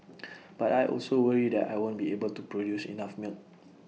but I also worry that I won't be able to produce enough milk